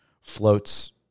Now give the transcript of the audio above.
floats